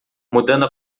mudando